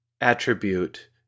attribute